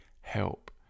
help